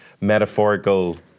metaphorical